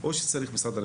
או שצריך את משרד הרווחה?